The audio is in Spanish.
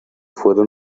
fueron